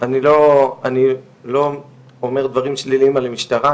אני לא אומר דברים שליליים על המשטרה,